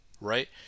right